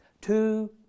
Two